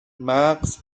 مغز